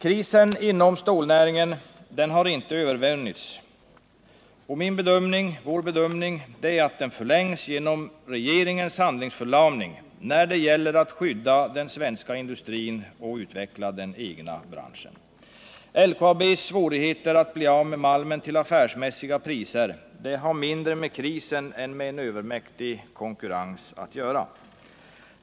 Krisen inom stålnäringen har inte övervunnits. Vår bedömning är att den förlängs genom regeringens handlingsförlamning när det gäller att skydda den svenska industrin och utveckla den här branschen. LKAB:s svårigheter att bli av med malmen till affärsmässiga priser har mindre med krisen än med en övermäktig konkurrens att göra.